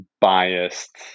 biased